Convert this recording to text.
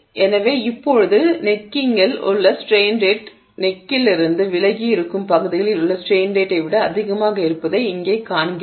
எனவே இப்போது கழுத்தில் உள்ள ஸ்ட்ரெய்ன் ரேட் கழுத்திலிருந்து விலகி இருக்கும் பகுதிகளில் உள்ள ஸ்ட்ரெய்ன் ரேட்டை விட அதிகமாக இருப்பதை இங்கே காண்கிறோம்